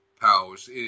powers